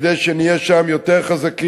כדי שנהיה שם יותר חזקים,